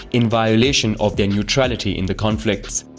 in violation of their neutrality in the conflicts.